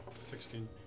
Sixteen